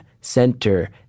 center